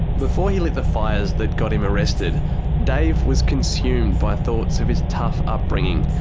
before he lit the fires that got him arrested, dave was consumed by thoughts of his tough upbringing.